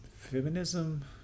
feminism